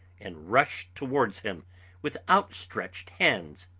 and rushed towards him with outstretched hands.